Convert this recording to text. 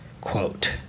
quote